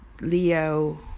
Leo